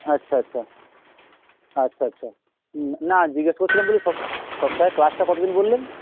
আচ্ছা আচ্ছা আচ্ছা আচ্ছা হুম না জিজ্ঞেস করছিলাম বলে সপ সপ্তাহে ক্লাসটা কত দিন বললেন